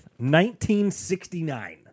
1969